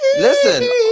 Listen